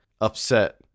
upset